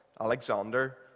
Alexander